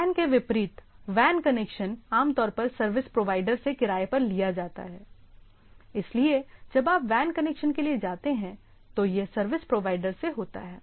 LAN के विपरीत WAN connection आमतौर पर सर्विस प्रोवाइडर से किराए पर लिया जाता है इसलिए जब आप WAN कनेक्शन के लिए जाते हैं तो यह सर्विस प्रोवाइडर से होता है